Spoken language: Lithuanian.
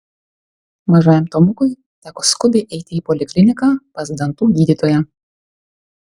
mažajam tomukui teko skubiai eiti į polikliniką pas dantų gydytoją